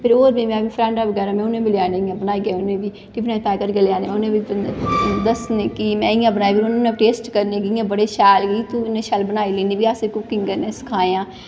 फिर होर में फ्रैडां बगैर में उ'नें बी बनाइयै उ'नेंगी बी टिफनै च पैक करियै लेआने उ'नेंगी बी दस्सने कि में इ'यां बनाए फिर उ'नें बी टेस्ट करने इ'यां बड़े शैल तूं इन्ने शैल बनाई लैन्नी असेंगी कुकिंग करना सखायां